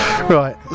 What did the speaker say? Right